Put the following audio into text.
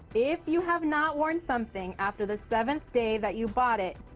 if you have not worn something after the seventh day that you bought it,